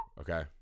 okay